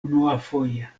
unuafoje